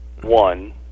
one